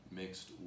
mixed